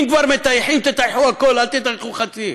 אם כבר מטייחים, תטייחו הכול, אל תטייחו חצי,